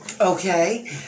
Okay